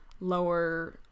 lower